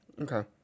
Okay